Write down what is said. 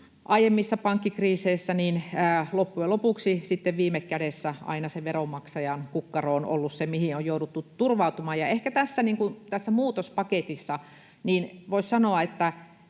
aiemmissa pankkikriiseissä loppujen lopuksi sitten viime kädessä aina se veronmaksajan kukkaro on ollut se, mihin on jouduttu turvautumaan. Ehkä tästä muutospaketista voisi sanoa, että